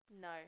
No